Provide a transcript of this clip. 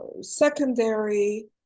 secondary